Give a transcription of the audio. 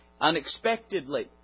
unexpectedly